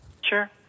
Sure